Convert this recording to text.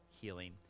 healing